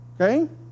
Okay